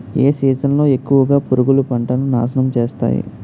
ఏ season లో ఎక్కువుగా పురుగులు పంటను నాశనం చేస్తాయి?